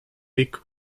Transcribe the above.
big